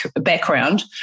background